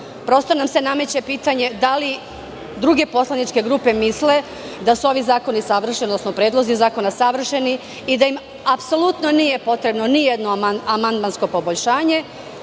Prosto nam se nameće pitanje da li druge poslaničke grupe misle da su ovi predlozi zakona savršeni i da im apsolutno nije potrebno nijedno amandmansko poboljšanje